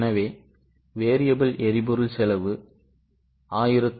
எனவே variable எரிபொருள் செலவு 1103